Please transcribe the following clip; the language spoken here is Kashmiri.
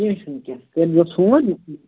کیٚنٛہہ چھُنہٕ کیٚنٛہہ چھُنہٕ کٔرۍ زیٚو فون